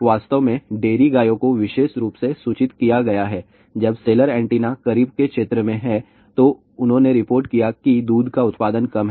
वास्तव में डेयरी गायों को विशेष रूप से सूचित किया गया है जब सेलर एंटीना करीब के छेत्र में है तो उन्होंने रिपोर्ट किया है कि दूध का उत्पादन कम है